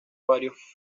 varios